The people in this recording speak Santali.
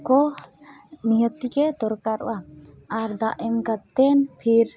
ᱠᱚ ᱱᱤᱦᱟᱹᱛ ᱜᱮ ᱫᱚᱨᱠᱟᱨᱚᱜᱼᱟ ᱟᱨ ᱫᱟᱜ ᱮᱢ ᱠᱟᱛᱮᱫ ᱯᱷᱤᱨ